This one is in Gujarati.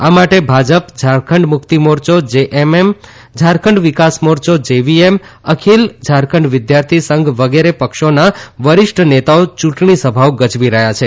આ માટે ભાજપ ઝારખંડ મુકિત મારચ જેએમએમ ઝારખંડ વિકાસ મારચ જેવીએમ ખિલ ઝારખંડ વિદ્યાર્થી સંઘ વગેરે પક્ષાઓ વરિષ્ઠ નેતાઓ યુંટણી સભાઓ ગજવી રહ્યાં છે